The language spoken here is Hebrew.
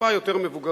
טיפה יותר מבוגרים,